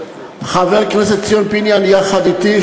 חבר הכנסת ציון פיניאן יחד אתי,